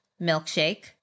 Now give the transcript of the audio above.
milkshake